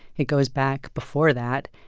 it goes back before that,